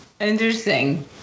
Interesting